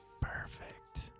Perfect